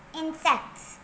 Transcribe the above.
insects